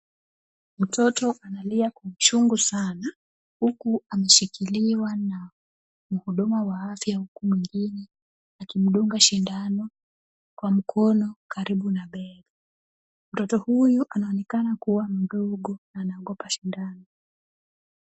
Mtoto analia kwa uchungu sana, huku ameshikiliwa na mhudumu wa afya; huku mwengine akimdunga sindano kwa mkono karibu na bega. Mtoto huyu anaonekana kuwa mdogo, anaogopa sindano.